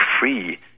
free